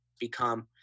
become